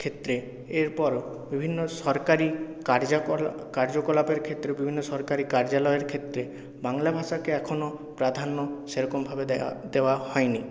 ক্ষেত্রে এরপর বিভিন্ন সরকারি কার্যকলাপ কার্যকলাপের ক্ষেত্রে বিভিন্ন সরকারি কার্যালয়ের ক্ষেত্রে বাংলা ভাষাকে এখনও প্রাধান্য সেরকমভাবে দেওয়া দেওয়া হয়নি